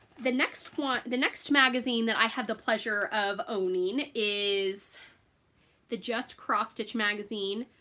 the next one the next magazine that i have the pleasure of owning is the just cross stitch magazine.